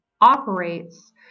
operates